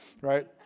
right